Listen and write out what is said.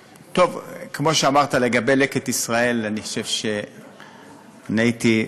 כמו שאמרת לגבי "לקט ישראל", אני חושב שאני הייתי,